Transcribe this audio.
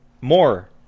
more